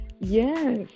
Yes